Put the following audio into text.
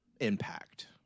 impact